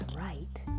right